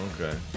Okay